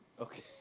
Okay